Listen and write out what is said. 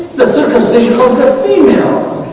the circumcision concept